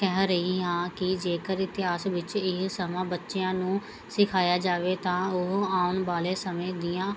ਕਹਿ ਰਹੀ ਹਾਂ ਕਿ ਜੇਕਰ ਇਤਿਹਾਸ ਵਿੱਚ ਇਹ ਸਮਾਂ ਬੱਚਿਆਂ ਨੂੰ ਸਿਖਾਇਆ ਜਾਵੇ ਤਾਂ ਉਹ ਆਉਣ ਵਾਲੇ ਸਮੇਂ ਦੀਆਂ